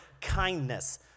kindness